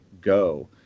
go